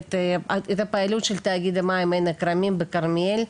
את הפעילות של תאגיד המים עין הכרמים בכרמיאל,